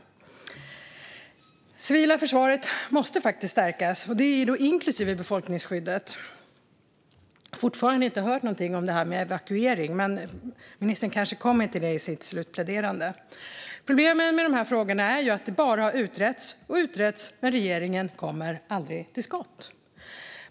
Det civila försvaret måste faktiskt stärkas, inklusive befolkningsskyddet. Jag har fortfarande inte hört någonting om detta med evakuering. Men ministern kanske kommer till det i sitt sista inlägg. Problemet med dessa frågor är att det bara har utretts och utretts, men regeringen kommer aldrig till skott.